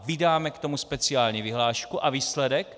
Vydáme k tomu speciální vyhlášku a výsledek?